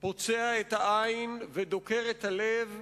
"פוצע את העין ודוקר את הלב,